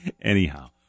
Anyhow